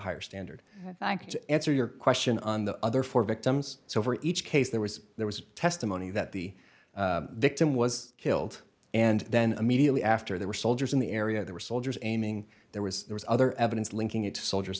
higher standard to answer your question on the other four victims so for each case there was there was testimony that the victim was killed and then immediately after there were soldiers in the area there were soldiers aiming there was there was other evidence linking it to soldiers